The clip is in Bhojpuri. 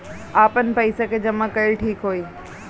आपन पईसा के जमा कईल ठीक होई?